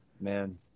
man